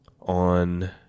on